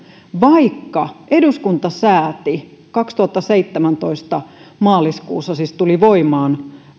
vaikka eduskunta sääti kaksituhattaseitsemäntoista maaliskuussa siis tuli voimaan